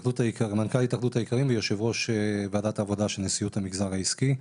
מנכ"ל התאחדות האיכרים ויושב-ראש ועדת העבודה של נשיאות המגזר העסקי.